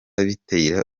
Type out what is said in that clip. bitera